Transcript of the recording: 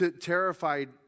terrified